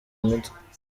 imitwe